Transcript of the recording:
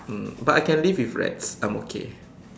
mm but I can live with rats I'm okay